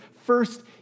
first